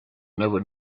never